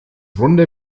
runde